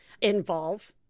involve